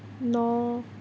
ন